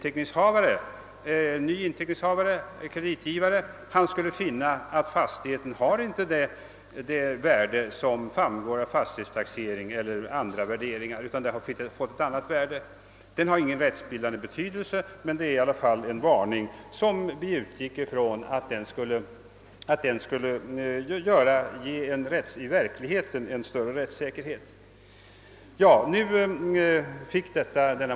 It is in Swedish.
En ny kreditgivare skulle finna att fastigheten inte har det värde som iramgåär av fastighetstaxeringen eller andra värderingar, utan att värdet är ett annat. Denna ordning har ingen betydelse från rättssynpunkt men utgör i alla fall en varning, och vi utgick därför ifrån att det i verkligheten skulle medföra större rättssäkerhet.